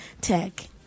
tech